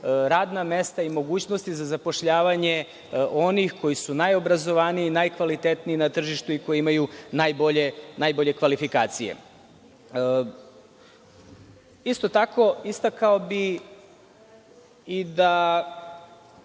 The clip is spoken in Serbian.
radna mesta i mogućnosti za zapošljavanje onih koji su najobrazovaniji, najkvalitetniji na tržištu i koji imaju najbolje kvalifikacije. Isto tako istakao bih i da